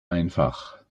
einfach